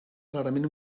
clarament